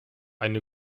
eine